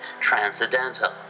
transcendental